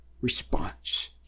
response